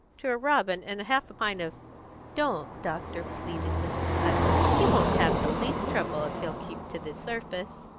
to a robin and half a pint of don't, doctor! pleaded mrs. putney. he won't have the least trouble if he'll keep to the surface.